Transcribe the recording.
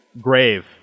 grave